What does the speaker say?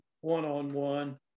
one-on-one